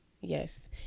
Yes